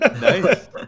Nice